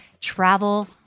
travel